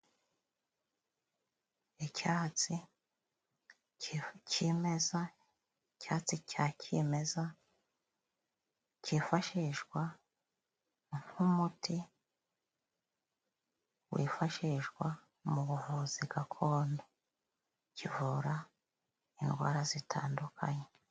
Icyatsi cya cyimeza cyifashishwa nk'umuti, wifashishwa mu buvuzi gakondo, kivura indwara zitandukanye.